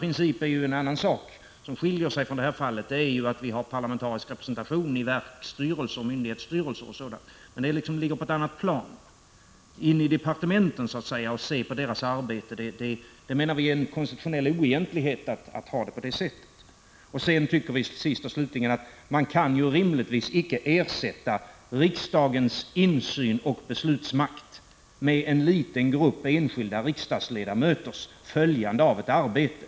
Det är en helt annan sak att vi har parlamentarisk representation i verksoch myndighetsstyrelser — det ligger på ett annat plan. Det är en konstitutionell oegentlighet att riksdagsledamöter skulle gå in i departementeten och studera deras arbete. Sist och slutligen kan man inte rimligtvis ersätta riksdagens insyn och beslutsmakt med en liten grupp enskilda riksdagsledamöters följande av ett arbete.